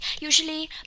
Usually